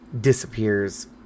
disappears